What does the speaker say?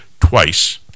twice